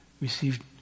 received